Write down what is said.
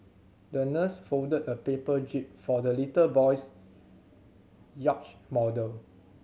the nurse folded a paper jib for the little boy's yacht model